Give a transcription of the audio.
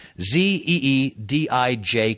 Z-E-E-D-I-J